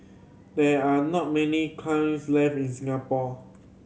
there are not many kilns left in Singapore